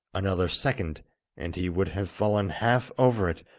another second and he would have fallen half over it,